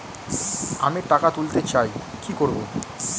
আমি টাকা তুলতে চাই কি করব?